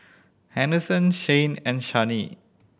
Henderson Shayne and Channie